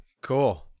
cool